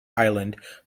island